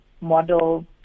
model